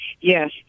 Yes